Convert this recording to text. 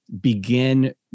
begin